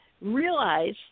realize